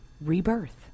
Rebirth